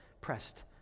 pressed